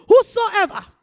whosoever